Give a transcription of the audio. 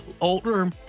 older